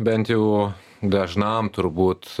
bent jau dažnam turbūt